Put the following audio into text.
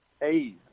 Hey